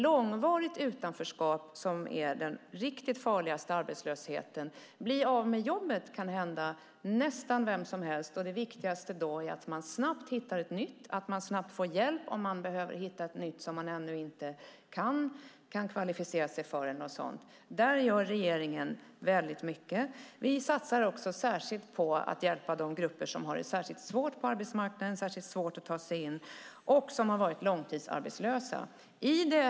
Långvarigt utanförskap är den farligaste arbetslösheten. Nästan vem som helst kan bli av med jobbet. Då är det viktigt att man snabbt hittar ett nytt jobb och snabbt får hjälp om man behöver kvalificera sig för ett nytt jobb. Här gör regeringen mycket. Vi satsar också särskilt på att hjälpa de grupper som har extra svårt att ta sig in på arbetsmarknaden och där långtidsarbetslöshet är vanligt.